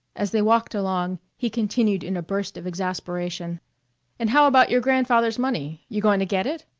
as they walked along he continued in a burst of exasperation and how about your grandfather's money you going to get it?